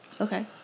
Okay